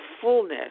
fullness